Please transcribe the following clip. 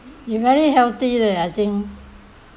you very healthy leh I think